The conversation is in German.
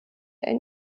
ein